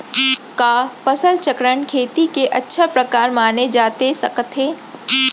का फसल चक्रण, खेती के अच्छा प्रकार माने जाथे सकत हे?